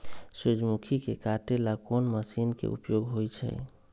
सूर्यमुखी के काटे ला कोंन मशीन के उपयोग होई छइ?